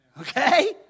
Okay